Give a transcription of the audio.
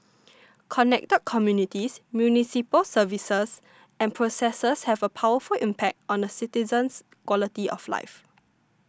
connected communities municipal services and processes have a powerful impact on a citizen's quality of life